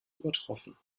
übertroffen